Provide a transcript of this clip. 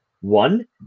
One